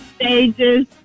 stages